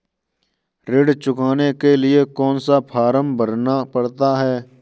ऋण चुकाने के लिए कौन सा फॉर्म भरना पड़ता है?